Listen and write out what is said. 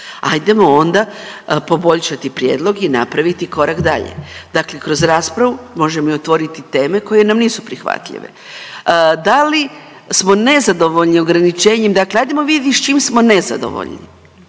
Ajdemo onda poboljšati prijedlog i napraviti korak dalje. Dakle, kroz raspravu možemo i otvoriti teme koje nam nisu prihvatljive. Da li smo nezadovoljni ograničenjem, dakle ajdemo vidjeti s čim smo nezadovoljni.